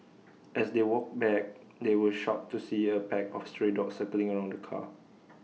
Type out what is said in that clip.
as they walked back they were shocked to see A pack of stray dogs circling around the car